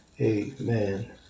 amen